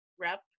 rep